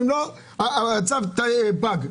ואם לא הצו פג.